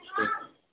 اچھا